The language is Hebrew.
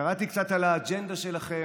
קראתי קצת על האג'נדה שלכם,